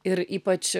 ir ypač